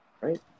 Right